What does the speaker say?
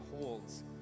holds